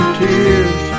tears